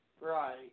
Right